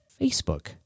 Facebook